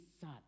son